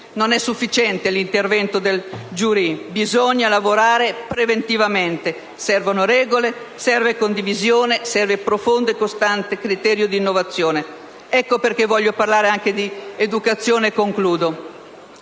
Non è sufficiente l'intervento del Gran Giurì. Bisogna lavorare preventivamente: servono regole, serve condivisione, serve un profondo e costante criterio di innovazione. Ecco perché voglio parlare anche di educazione, e concludo.